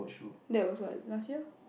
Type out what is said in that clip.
that was what last year